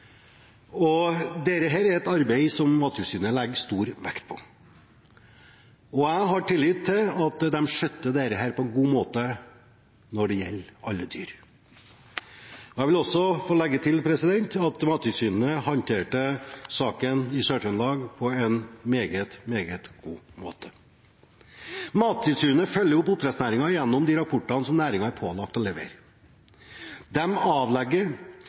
er et arbeid som Mattilsynet legger stor vekt på. Jeg har tillit til at de skjøtter dette på en god måte for alle dyr. Jeg vil også legge til at Mattilsynet håndterte saken i Sør-Trøndelag på en meget god måte. Mattilsynet følger opp oppdrettsnæringen gjennom de rapportene som næringen er pålagt å levere,